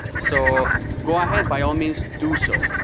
so go ahead, by all means, do so.